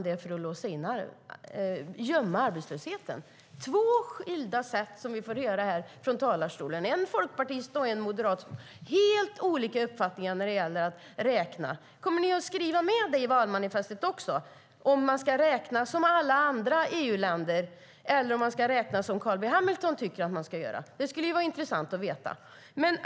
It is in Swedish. Det är två skilda sätt som vi får höra här från talarstolen - en folkpartist och en moderat som har helt olika uppfattningar när det gäller att räkna. Kommer ni att skriva in det i valmanifestet också? Ska man räkna som alla andra EU-länder eller ska man räkna som Carl B Hamilton tycker att man ska göra? Det skulle vara intressant att veta.